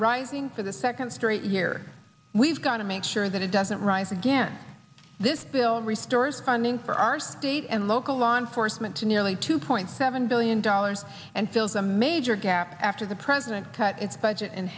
rising for the second straight year we've got to make sure that it doesn't rise again this bill restores funding for our state and local law enforcement to nearly two point seven billion dollars and fills a major gap after the president cut its budget